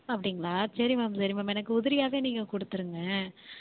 அப்படிங்களா சரி மேம் சரி மேம் எனக்கு உதிரியாகவே நீங்கள் கொடுத்துடுங்க